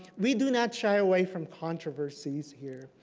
we do not shy away from controversies here.